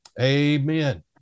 Amen